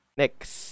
next